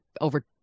over